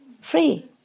Free